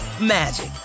magic